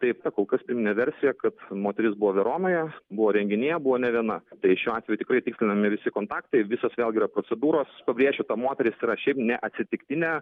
taip sakau kad pirminė versija kad moteris buvo veronoje buvo renginyje buvo ne viena tai šiuo atveju tikrai tikslinami visi kontaktai visos vėlgi yra procedūros pabrėšiu ta moteris yra šiaip neatsitiktinė